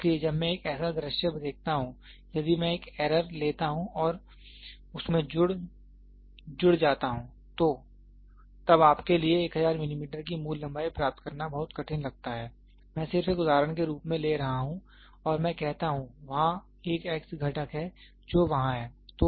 इसलिए जब मैं एक ऐसा दृश्य देखता हूं यदि मैं एक एरर लेता हूं और उसमें जुड़ जाता हूं तो तब आपके लिए 1000 मिलीमीटर की मूल लंबाई प्राप्त करना बहुत कठिन लगता है मैं सिर्फ एक उदाहरण के रूप में ले रहा हूं और मैं कहता हूं वहाँ एक x घटक है जो वहाँ है